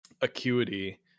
acuity